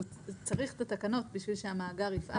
צריך את התקנות בשביל שהמאגר יפעל.